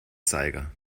zeiger